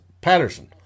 Patterson